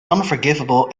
unforgivable